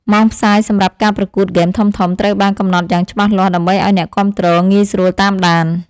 ម៉ោងផ្សាយសម្រាប់ការប្រកួតហ្គេមធំៗត្រូវបានកំណត់យ៉ាងច្បាស់លាស់ ដើម្បីឱ្យអ្នកគាំទ្រងាយស្រួលតាមដាន។